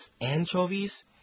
Anchovies